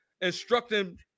instructing